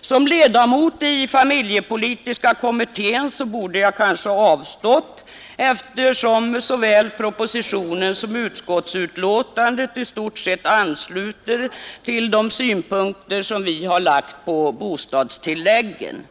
Som ledamot av familjepolitiska kommittén borde jag kanske ha avstått, eftersom såväl propositionen som utskottsbetänkandet i stort sett ansluter sig till de synpunkter som vi har anfört på bostadstilläggen.